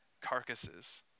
carcasses